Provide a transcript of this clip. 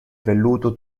velluto